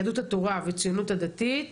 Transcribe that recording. יהדות התורה והציונות הדתית.